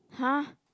!huh!